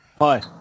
Hi